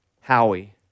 Howie